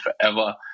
forever